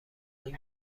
این